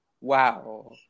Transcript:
Wow